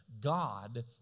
God